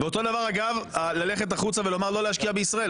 אותו הדבר ללכת החוצה ולומר לא להשקיע בישראל.